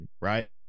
Right